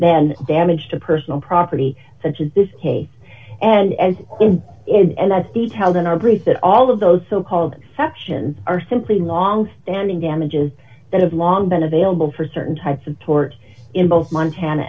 then damage to personal property such as this case and as is and that the taliban are briefed that all of those so called sections are simply long standing damages that have long been available for certain types of tort in both montana